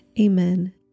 Amen